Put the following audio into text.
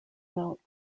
mount